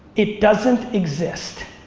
it doesn't exist.